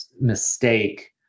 mistake